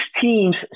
teams